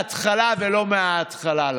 ההסתייגות לא התקבלה.